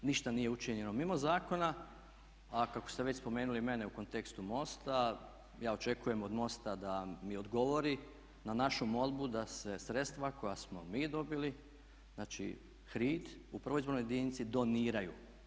Ništa nije učinjeno mimo zakona a kako ste već spomenuli mene u kontekstu MOST-a ja očekujem od MOST-a da mi odgovori na našu molbu da se sredstva koja smo mi dobili, znači HRID, u 1. izbornoj jedinici, doniraju.